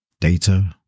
data